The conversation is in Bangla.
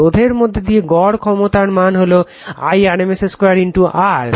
রোধের মধ্যে গড় ক্ষমতার মান হলো I rms 2 R